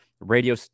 radio